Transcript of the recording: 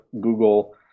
Google